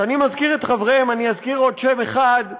כשאני מזכיר את שמותיהם, אני אזכיר עוד שם של